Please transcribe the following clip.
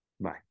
Bye